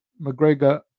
McGregor